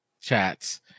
chats